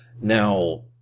Now